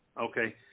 Okay